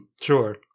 sure